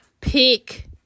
Pick